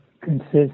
consists